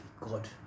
god